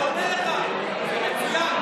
אני עונה לך, זה מצוין.